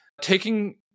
taking